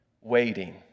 waiting